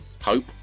hope